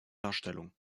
darstellung